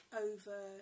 over